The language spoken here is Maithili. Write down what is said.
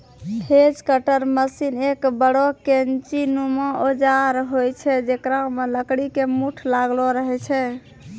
हेज कटर मशीन एक बड़ो कैंची नुमा औजार होय छै जेकरा मॅ लकड़ी के मूठ लागलो रहै छै